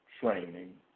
training